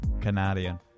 Canadian